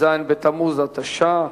ט"ז בתמוז התש"ע,